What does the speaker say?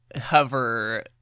hover